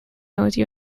nose